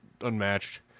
unmatched